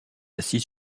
assis